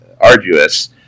arduous